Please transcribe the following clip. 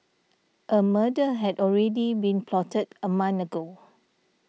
a murder had already been plotted a month ago